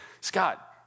Scott